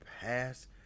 past